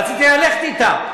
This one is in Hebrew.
רציתי ללכת אתה.